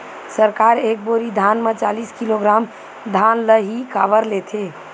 सरकार एक बोरी धान म चालीस किलोग्राम धान ल ही काबर लेथे?